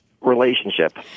relationship